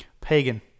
pagan